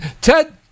Ted